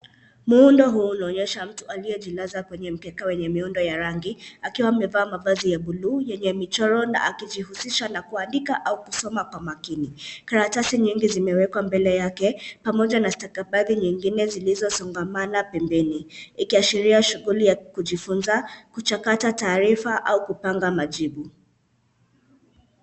Muundo huu unaonyesha mtu aliyejilaza kwenye mkeka wenye miundo ya rangi, akiwa amevaa mavazi ya blue yenye michoro, na akijiuzisha na kusoma au kuandika kwa makini. Karatasi nyingi zimewekwa mbele yake, pamoja na stakafadhi nyingine zilizo songamana pembeni, ikiashiria shughuli ya kujifunza , kuchakata taarifa, au kupanga majibu.